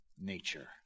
nature